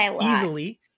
easily